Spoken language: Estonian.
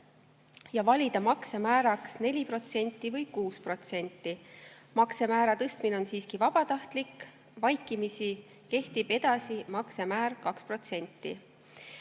ja valida maksemääraks 4% või 6%. Maksemäära tõstmine on siiski vabatahtlik. Vaikimisi kehtib edasi maksemäär 2%.